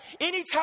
anytime